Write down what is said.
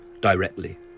directly